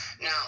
Now